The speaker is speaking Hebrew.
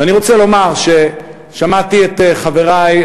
ואני רוצה לומר ששמעתי את חברי,